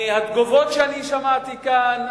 מהתגובות שאני שמעתי כאן,